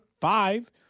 five